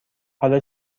حالا